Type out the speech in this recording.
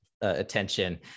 attention